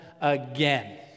again